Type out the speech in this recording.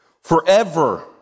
forever